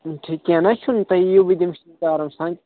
کیٚنٛہہ نَہ حظ چھُنہٕ تۄہہِ یِیِو بہٕ دِمہٕ آرام سان